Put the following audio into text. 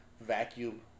vacuum